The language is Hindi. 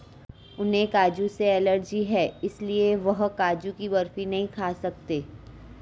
उन्हें काजू से एलर्जी है इसलिए वह काजू की बर्फी नहीं खा सकते